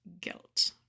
Guilt